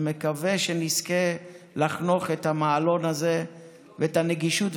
ואני מקווה שנזכה לחנוך את המעלון הזה ואת הנגישות.